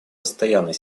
постоянный